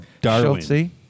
Darwin